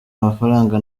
amafaranga